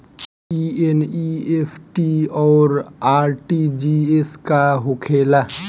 ई एन.ई.एफ.टी और आर.टी.जी.एस का होखे ला?